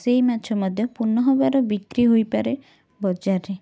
ସେଇ ମାଛ ମଧ୍ୟ ପୁନଃବାର ବିକ୍ରୀ ହୋଇପାରେ ବଜାରରେ